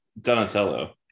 Donatello